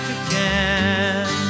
again